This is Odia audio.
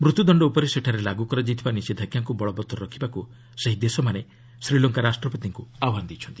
ମୃତ୍ୟୁଦଶ୍ଡ ଉପରେ ସେଠାରେ ଲାଗୁ କରାଯାଇଥିବା ନିଷେଧାଜ୍ଞାକୁ ବଳବତ୍ତର ରଖିବାକୁ ସେହି ଦେଶମାନେ ଶ୍ରୀଲଙ୍କା ରାଷ୍ଟ୍ରପତିଙ୍କୁ ଆହ୍ବାନ ଦେଇଛନ୍ତି